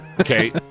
Okay